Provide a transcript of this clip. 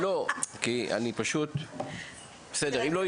בין השנים 2019 2021. באותן שנים יש גם עלייה של 13% במספר